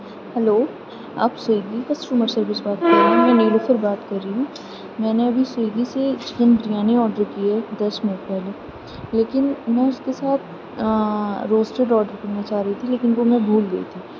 hello آپ Swiggy customer service بات کر رہے ہیں میں نیلوفر بات کر رہی ہوں میں نے ابھی سویگی سے چکن بریانی آڈر کی ہے دس منٹ پہلے لیکن میں اس کے ساتھ روسٹیڈ آڈر کرنا چاہ رہی تھی لیکن وہ میں بھول گئی تھی